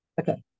Okay